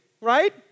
right